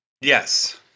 Yes